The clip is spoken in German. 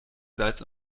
salz